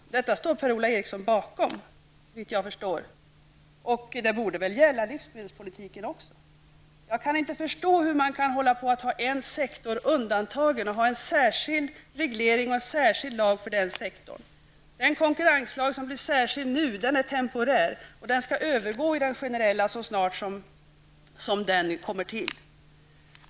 Detta står Per-Ola Eriksson bakom, såvitt jag förstår. Det borde väl gälla livsmedelspolitiken också? Jag kan inte förstå hur man kan ha en sektor undantagen och ha en särskild reglering och en särskild lag för den sektorn. Den konkurrenslag som blir särskild nu är temporär och skall övergå i den generella så snart som denna kommer till.